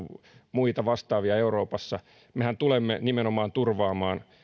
muita vastaavia euroopassa mehän tulemme nimenomaan turvaamaan